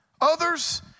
others